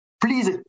please